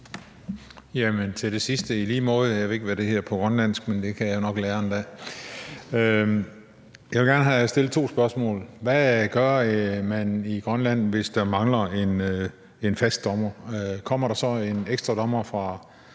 Jamen til det sidste vil jeg sige: I lige måde. Jeg ved ikke, hvad det hedder på grønlandsk, men det jeg kan nok lære en dag. Jeg vil gerne stille to spørgsmål. Hvad gør man i Grønland, hvis der mangler en fast dommer? Kommer der så en ekstra dommer fra